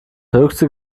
höchste